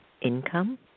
income